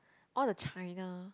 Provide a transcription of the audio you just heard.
all the China